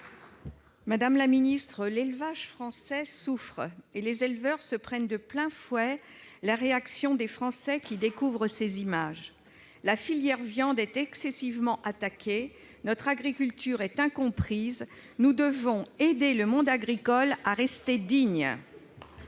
Madame la secrétaire d'État, l'élevage français souffre et les éleveurs reçoivent de plein fouet la réaction des Français qui découvrent ces images. La filière viande est excessivement attaquée, notre agriculture est incomprise : nous devons aider le monde agricole à rester digne